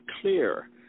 clear